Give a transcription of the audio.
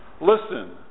Listen